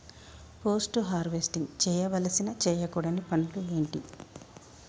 Post harvesting చేయవలసిన చేయకూడని పనులు ఏంటి?